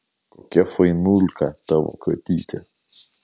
kokia fainulka tavo katytė